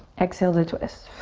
exhale to twist.